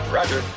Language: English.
Roger